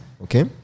okay